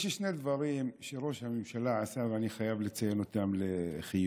יש לי שני דברים שראש הממשלה עשה ואני חייב לציין אותם לחיוב: